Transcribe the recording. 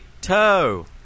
toe